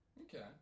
okay